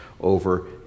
over